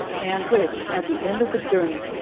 and which, at the end of the journey,